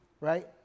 right